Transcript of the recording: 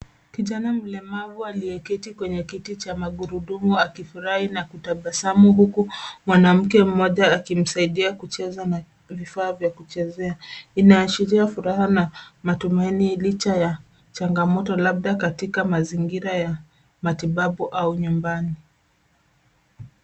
Kijana mlemavu aliyeketi kwenye kiti cha magurudumu, akifurahi na kutabasamu huku mwanamke mmoja akimsaidia kucheza na vifaa vya kuchezea. Inaashiria furaha na matumaini licha ya changamoto, labda katika mazingira ya matibabu au nyumbani.